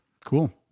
Cool